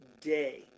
day